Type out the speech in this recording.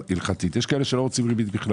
יש כאלה שלא רוצים ריבית כלל.